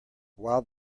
while